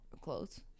clothes